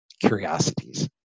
curiosities